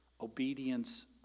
Obedience